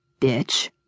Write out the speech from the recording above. Bitch